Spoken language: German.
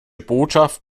botschaft